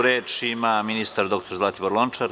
Reč ima ministar dr Zlatibor Lončar.